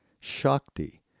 shakti